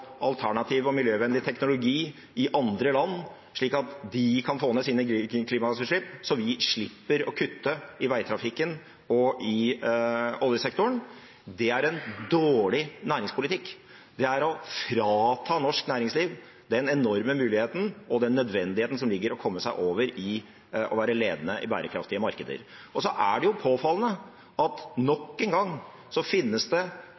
alternativ og miljøvennlig teknologi i andre land, slik at de kan få ned sine klimagassutslipp, så vi slipper å kutte i veitrafikken og i oljesektoren? Det er en dårlig næringspolitikk. Det er å frata norsk næringsliv den enorme muligheten og den nødvendigheten som ligger i å komme seg over i å være ledende i bærekraftige markeder. Og så er det jo påfallende at nok en gang finnes det én sort tall i statsbudsjettet og nasjonalbudsjettet, og det